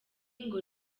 ngo